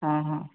ହଁ ହଁ